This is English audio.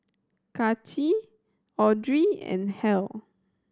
Kaci Audrey and Hal